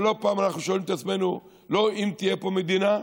אבל לא פעם אנחנו שואלים את עצמנו לא אם תהיה פה מדינה,